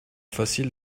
facile